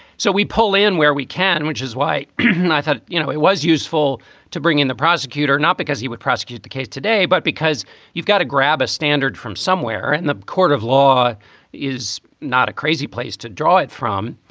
so we pull in where we can, which is why i thought, you know, it was useful to bring in the prosecutor, not because he would prosecute the case today, but because you've got to grab a standard from somewhere in and the court of law is not a crazy place to draw it from.